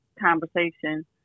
conversation